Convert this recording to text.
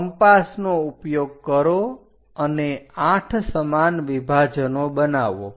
compass નો ઉપયોગ કરો અને 8 સમાન વિભાજનો બનાવો